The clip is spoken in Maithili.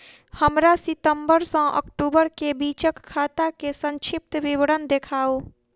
हमरा सितम्बर सँ अक्टूबर केँ बीचक खाता केँ संक्षिप्त विवरण देखाऊ?